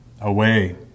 away